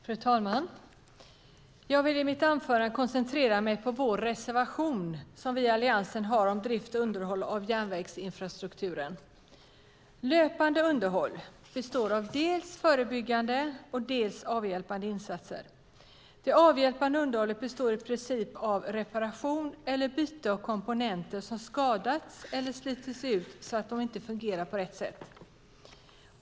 Fru talman! Jag vill i mitt anförande koncentrera mig på den reservation som vi i Alliansen har om drift och underhåll av järnvägsinfrastrukturen. Löpande underhåll består av dels förebyggande, dels avhjälpande insatser. Det avhjälpande underhållet består i princip av reparation eller byte av komponenter som skadats eller slitits ut så att de inte fungerar på rätt sätt.